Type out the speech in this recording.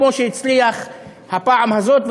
כמו שהצליח הפעם הזאת,